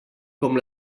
com